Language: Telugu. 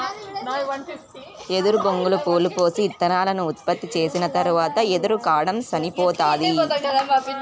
ఎదురు బొంగులు పూలు పూసి, ఇత్తనాలను ఉత్పత్తి చేసిన తరవాత ఎదురు కాండం సనిపోతాది